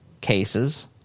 cases